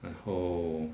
然后